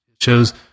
shows